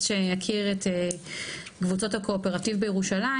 שאכיר את קבוצות הקואופרטיב בירושלים,